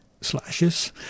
slashes